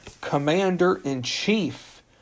commander-in-chief